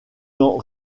n’en